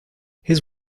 his